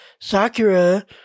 Sakura